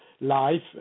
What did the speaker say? life